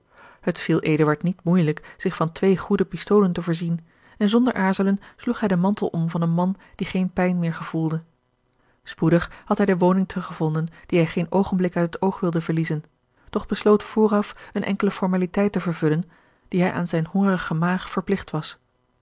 het viel eduard niet moeijelijk zich van twee goede pistolen te voorzien en zonder aarzelen sloeg hij den mantel om van een man die geene pijn meer gevoelde spoedig had hij de woning terug gevonden die hij geen oogenblik uit het oog wilde verliezen doch besloot vooraf eene enkele formaliteit te vervullen die hij aan zijne hongerige maag verpligt was